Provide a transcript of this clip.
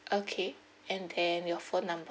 okay and then your phone number